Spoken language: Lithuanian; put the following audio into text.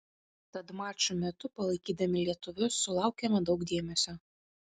tad mačų metu palaikydami lietuvius sulaukėme daug dėmesio